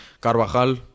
Carvajal